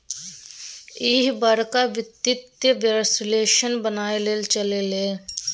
ईह बड़का वित्तीय विश्लेषक बनय लए चललै ये